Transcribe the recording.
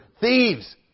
thieves